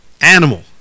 animal